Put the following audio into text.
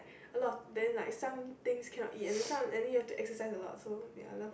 a lot of and then like somethings cannot eat and then some and you need to exercise a lot so I love that